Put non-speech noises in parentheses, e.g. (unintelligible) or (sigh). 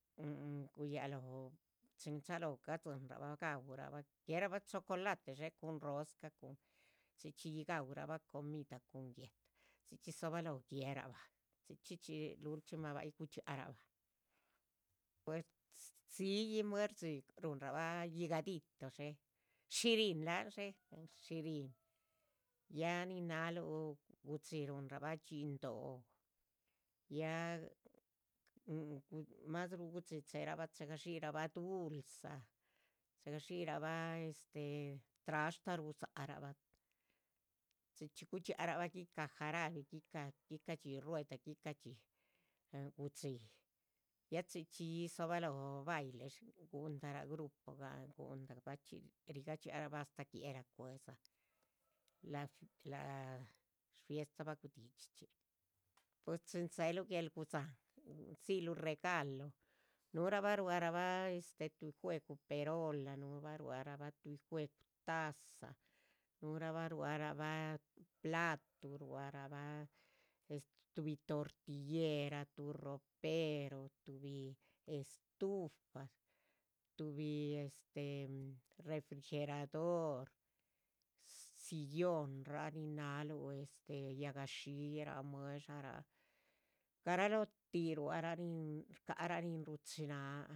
Mhuhu guyá loho chin chaalóho gadzin rahba gaurahba, guerahba chocolate dxé cun rosca cun, chxí chxí yi gaú rahba comida cun guéhta, chxí chxí. dzobaloh gue´rahbah, chxí chxí chxí lulchxímah bay gudxiah rahba pues (unintelligible) rdziyi muer dxí ruhunrahba higadito dshé, shihrín láhan dshé, shihrín, ya. nin náhluh gudxí ruhunrahba dhxín dóh, ya mhuhu mashru gudxí che´rahba chega dxírahba dulza, chega dxírahba este, trashta rudza´rahba, chxí chxí gudxia´rahaba. guica´ jarabe, guica´dxíi rueda, guica´dxíi, (unintelligible) gudxí ya chichxí dzobahloh baile guldarah grupo gulda, bachxí riga dxiah rahba hasta guéhla. cuedzan, lác, lac fiestaba gudidxichxí, pues chin dze´luh guel gudzáhan, dzíluh regalo, nuhurahba ruarahba este, tuh juegu perola, nuhrahba ruarahba tuh juegu. taza, nuhrahba ruarahba platu, ruarahba este, tuhbi tortillera, tuh ropero, tuhbi estufa, tuhbi este, refrigerador, sillón raa nin náhluh, o este yáha shilliraa. mueh´dsha raa garalootih ruahra shca´rah nin ruchi naha